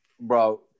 Bro